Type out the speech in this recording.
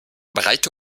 breite